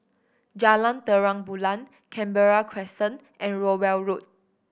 Jalan Terang Bulan Canberra Crescent and Rowell Road